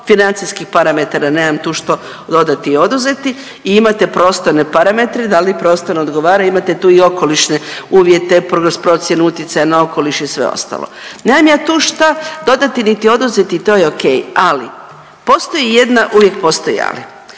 financijskih parametara, nemam tu što dodati i oduzeti i imate prostorne parametre da li prostorno odgovara, imate tu i okolišne uvjete, procjenu utjecaja na okoliš i sve ostalo. Nemam ja tu šta dodati niti oduzeti, to je okej. Ali postoji jedna, uvijek postoji ali,